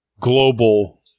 global